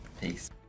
Peace